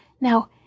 Now